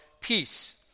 peace